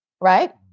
right